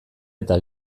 eta